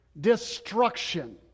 destruction